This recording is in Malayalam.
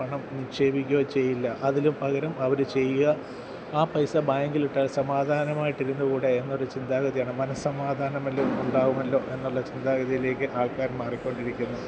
പണം നിക്ഷേപിക്കുകയോ ചെയ്യില്ല അതിനു പകരം അവർ ചെയ്യുക ആ പൈസ ബാങ്കിൽ ഇട്ടാൽ സമാധാനമായിട്ടിരുന്നുകൂടെ എന്നൊരു ചിന്താഗതിയാണ് മനസമാധാനം വല്ലതും ഉണ്ടാകുമല്ലോ എന്നുള്ള ചിന്താഗതിയിലേക്ക് ആൾക്കാർ മാറിക്കൊണ്ടിരിക്കുന്നു